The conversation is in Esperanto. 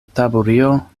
taburio